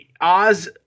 Oz